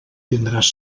tindràs